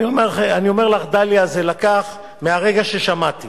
אני אומר לך, דליה, זה לקח, מהרגע ששמעתי